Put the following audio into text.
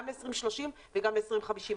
גם ל-2030 וגם ל-2050.